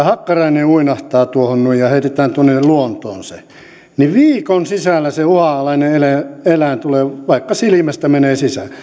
hakkarainen uinahtaa tuohon noin ja heitetään tuonne luontoon niin viikon sisällä se uhanalainen eläin tulee vaikka silmästä menee sisään